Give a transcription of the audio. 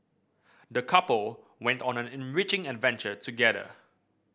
the couple went on an enriching adventure together